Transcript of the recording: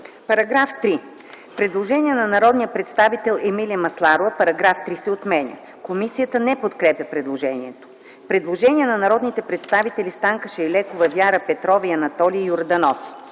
АЛЕКСИЕВА: Предложение от народния представител Емилия Масларова § 3 да се отмени. Комисията не подкрепя предложението. Предложение на народните представители Станка Шайлекова, Вяра Петрова и Анатолий Йорданов.